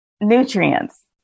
Nutrients